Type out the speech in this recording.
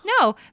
no